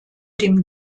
dem